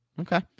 Okay